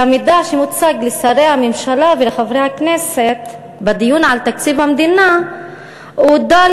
שהמידע שהוצג לשרי הממשלה ולחברי הכנסת בדיון על תקציב המדינה הוא דל